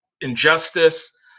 injustice